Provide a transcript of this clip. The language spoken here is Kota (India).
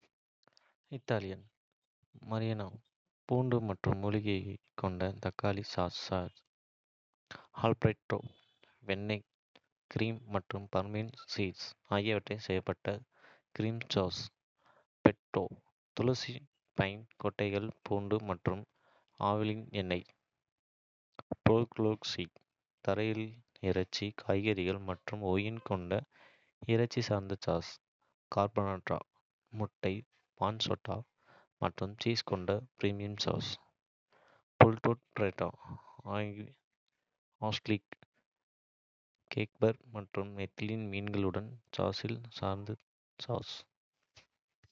Italian. Marinara பூண்டு மற்றும் மூலிகைகள் கொண்ட தக்காளி சார்ந்த சாஸ். ஆல்ஃபிரடோ வெண்ணெய், கிரீம் மற்றும் பார்மேசன் சீஸ் ஆகியவற்றால் செய்யப்பட்ட கிரீமி சாஸ். பெஸ்டோ துளசி, பைன் கொட்டைகள், பூண்டு மற்றும் ஆலிவ் எண்ணெய். போலோக்னீஸ் தரையில் இறைச்சி, காய்கறிகள் மற்றும் ஒயின் கொண்ட இறைச்சி சார்ந்த சாஸ். கார்பனாரா முட்டை, பான்செட்டா மற்றும் சீஸ் கொண்ட கிரீமி சாஸ். புட்டனெஸ்கா: ஆலிவ், கேப்பர்கள் மற்றும் நெத்திலி மீன்களுடன் தக்காளி சார்ந்த சாஸ்.